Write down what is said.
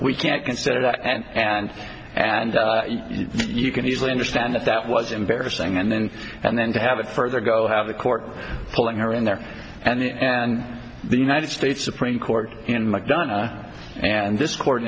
we can't consider that and and and you can easily understand that that was embarrassing and then and then to have it further go have the court pulling her in there and the united states supreme court in mcdonough and this court